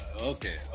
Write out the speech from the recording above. Okay